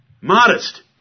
Modest